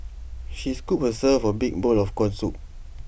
she scooped herself A big bowl of Corn Soup